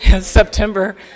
September